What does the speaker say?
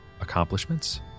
accomplishments